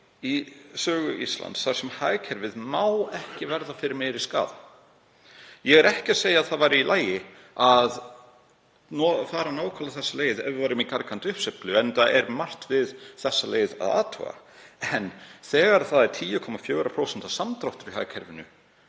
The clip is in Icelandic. í sögu Íslands þegar hagkerfið má ekki verða fyrir meiri skaða. Ég er ekki að segja að það væri í lagi að fara nákvæmlega þessa leið ef við værum í gargandi uppsveiflu, enda er margt við þá leið að athuga. En þegar 10,4% samdráttur er í hagkerfinu